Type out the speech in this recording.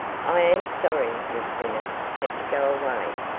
i am sorry miss bennet had to go away,